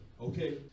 okay